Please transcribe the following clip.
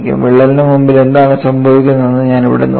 വിള്ളലിന് മുന്നിൽ എന്താണ് സംഭവിക്കുന്നതെന്ന് ഞാൻ ഇവിടെ നോക്കുന്നു